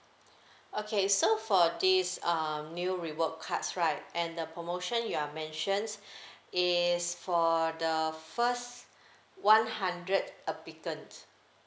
okay so for this um new reward cards right and the promotion you're mentions is for the first one hundred applicants